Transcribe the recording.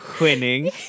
Winning